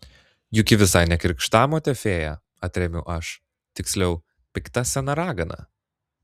juk ji visai ne krikštamotė fėja atremiu aš tiksliau pikta sena ragana